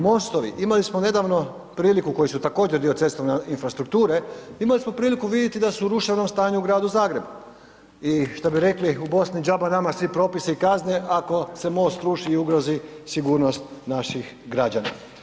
Mostovi, imali smo nedavno priliku koji su također dio cestovne infrastrukture, ali smo priliku da su u ruševnom stanju u gradu Zagrebu i što bi rekli u Bosni, džabe nama svi propisi i kazne, ako se most sruši i ugrozi sigurnost naših građana.